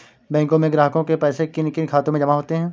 बैंकों में ग्राहकों के पैसे किन किन खातों में जमा होते हैं?